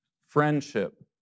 friendship